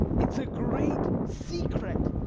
it's a great secret.